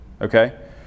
okay